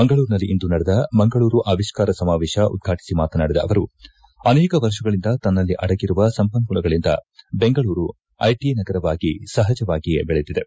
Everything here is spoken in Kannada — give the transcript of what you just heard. ಮಂಗಳೂರಿನಲ್ಲಿಂದು ನಡೆದ ಮಂಗಳೂರು ಅವಿಷ್ಕಾರ ಸಮಾವೇಶ ಉದ್ಘಾಟಿಸಿ ಮಾತನಾಡಿದ ಅವರು ಅನೇಕ ವರ್ಷಗಳಿಂದ ತನ್ನಲ್ಲಿ ಅಡಗಿರುವ ಸಂಪನ್ನೂಲಗಳಿಂದ ಬೆಂಗಳೂರು ಐಟಿ ನಗರವಾಗಿ ಸಪಜವಾಗಿಯೇ ಬೆಳೆದಿದೆ